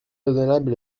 raisonnable